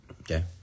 Okay